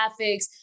graphics